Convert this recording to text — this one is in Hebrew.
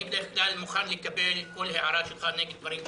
אני בדרך כלל מוכן לקבל כל הערה שלך נגד דברים שלי,